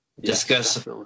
Discuss